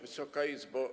Wysoka Izbo!